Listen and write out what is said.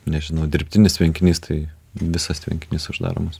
nežinau dirbtinis tvenkinys tai visas tvenkinys uždaromas